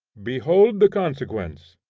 behold the consequence.